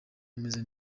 ameze